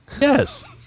Yes